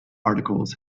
articles